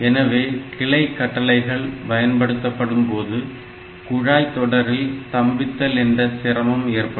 எனவே கிளை கட்டளைகள் பயன்படுத்தப்படும்போது குழாய் தொடரில் ஸ்தம்பித்தல் என்ற சிரமம் ஏற்படும்